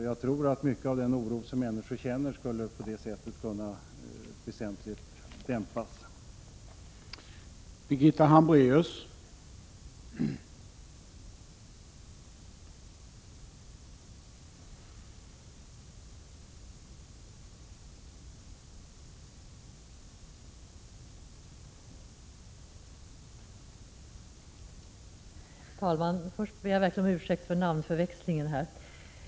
Jag tror att mycket av den oro som människor känner på det sättet skulle kunna dämpas väsentligt.